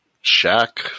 shack